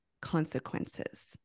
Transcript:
consequences